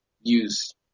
use